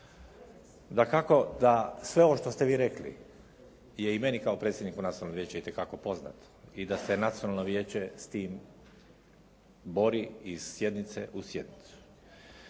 Dakako da sve ovo što ste vi rekli je i meni kao predsjedniku Nacionalnog vijeća itekako poznato i da se Nacionalno vijeće s time bori iz sjednice u sjednicu,